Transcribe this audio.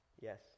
Yes